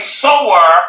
sower